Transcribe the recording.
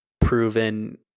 proven